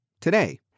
today